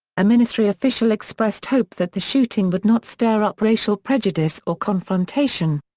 a ministry official expressed hope that the shooting would not stir up racial prejudice or confrontation.